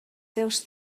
teus